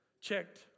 checked